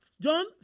John